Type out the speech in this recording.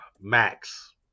Max